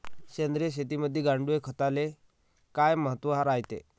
सेंद्रिय शेतीमंदी गांडूळखताले काय महत्त्व रायते?